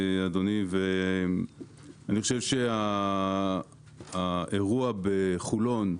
ואני חושב שהאירוע בחולון,